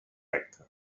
recte